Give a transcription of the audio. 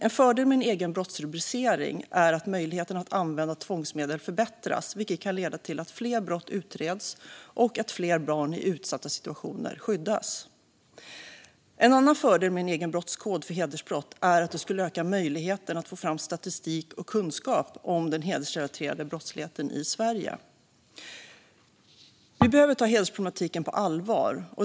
En fördel med en egen brottsrubricering är att möjligheterna att använda tvångsmedel förbättras, vilket kan leda till att fler brott utreds och att fler barn i utsatta situationer skyddas. En annan fördel med en egen brottskod för hedersbrott är att det skulle öka möjligheten att få fram statistik och kunskap om den hedersrelaterade brottsligheten i Sverige. Vi behöver ta hedersproblematiken på allvar.